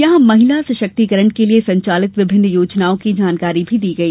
यहां महिला सशक्तिकरण के लिए संचालित विभिन्न योजनाओं की जानकारी दी गई